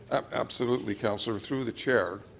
absolutely, councillor. through the chair,